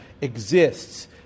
exists